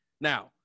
Now